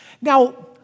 Now